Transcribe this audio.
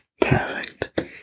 Perfect